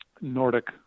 Nordic